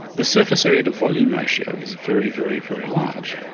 the surface area to volume ratio is very, very, very large,